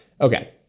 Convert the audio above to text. Okay